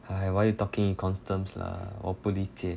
!hais! why you talking econs terms lah 我不理解